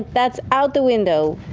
that's out the window.